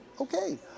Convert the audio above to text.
Okay